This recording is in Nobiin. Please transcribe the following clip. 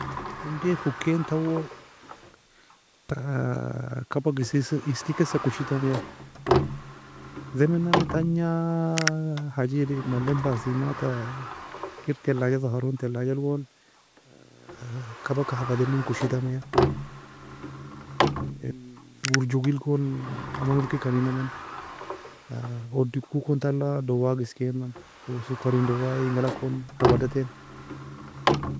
Onday fokayen toue kabaka eskis eskikesa koshitameia, zemen nanne tagna haje jedid malay bassin bata kir تلاجة zahron talajal gon kabaka hafadena koshitamiya in gour jogel gon aman orkika neinamain, odiyko kon tala dawaga eskana, sokarin دواء engaalag kon hafada tein.